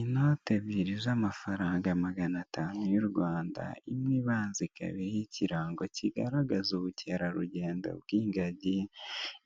Inote ebyiri z'amafaranga magana atanu y'Urwanda imwe ibanza ikaba iriho ikirango kigaragaza ubukerarugendo bw'ingagi,